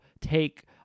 take